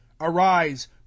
Arise